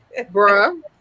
Bruh